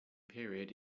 period